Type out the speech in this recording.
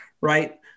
right